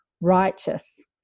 Righteous